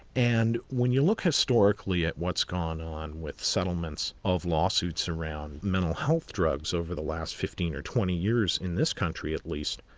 and when you look historically at what's gone on with settlements of law suits around mental health drugs over the last fifteen or twenty years, in this country at least,